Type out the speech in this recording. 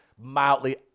mildly